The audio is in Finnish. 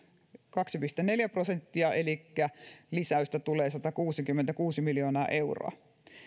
kaksi pilkku neljä prosenttia elikkä lisäystä tulee satakuusikymmentäkuusi miljoonaa euroa